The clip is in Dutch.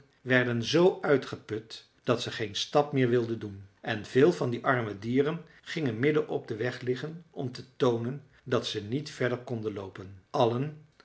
werden zoo uitgeput dat ze geen stap meer wilden doen en veel van die arme dieren gingen midden op den weg liggen om te toonen dat ze niet verder konden loopen allen